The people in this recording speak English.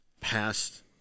past